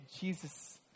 Jesus